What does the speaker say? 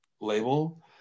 label